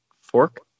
fork